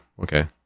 okay